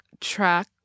track